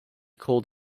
called